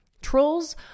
Trolls